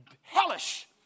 hellish